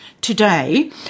Today